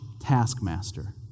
taskmaster